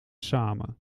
samen